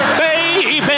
baby